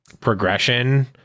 progression